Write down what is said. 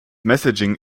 messaging